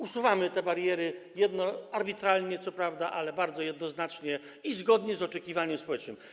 Usuwamy te bariery, arbitralnie co prawda, ale bardzo jednoznacznie i zgodnie z oczekiwaniem społecznym.